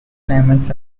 diamonds